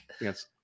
Yes